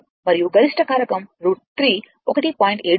155 మరియు గరిష్ట కారకం √3 1